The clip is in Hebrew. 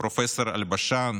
את פרופ' אלבשן,